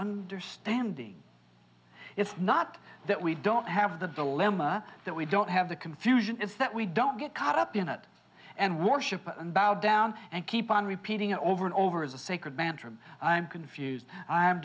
understanding it's not that we don't have the dilemma that we don't have the confusion is that we don't get caught up in it and warships and bow down and keep on repeating it over and over is a sacred mantra i'm confused i'm